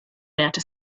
outer